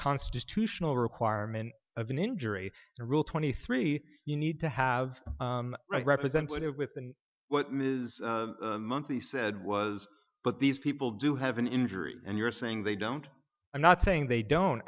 constitutional requirement of an injury to rule twenty three you need to have a representative with and what is a monthly said was but these people do have an injury and you're saying they don't i'm not saying they don't